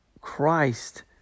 Christ